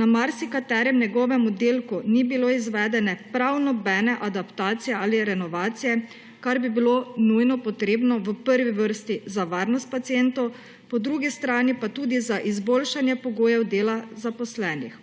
na marsikaterem njegovem oddelku ni bilo izvedene prav nobene adaptacije ali renovacije, kar bi bilo nujno potrebno v prvi vrsti za varnost pacientov, po drugi strani pa tudi za izboljšanje pogojev dela zaposlenih.